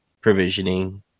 provisioning